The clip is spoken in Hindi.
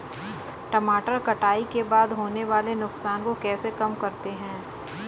टमाटर कटाई के बाद होने वाले नुकसान को कैसे कम करते हैं?